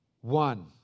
One